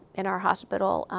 in our hospital.